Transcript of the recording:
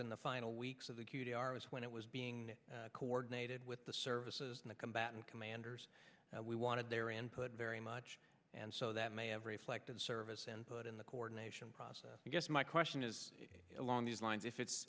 in the final weeks of the q t r was when it was being coordinated with the services and the combatant commanders we wanted their input very much and so that may have reflected the service and put in the coordination process i guess my question is along these lines if it's